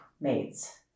maids